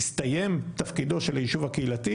הסתיים תפקידו של היישוב הקהילתי?